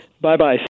Bye-bye